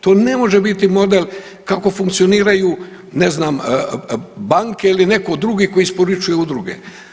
To ne može biti model kako funkcioniraju ne znam banke ili neko drugi koji isporučuje udruge.